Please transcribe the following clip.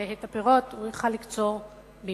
ואת הפירות הוא יוכל לקצור במהרה.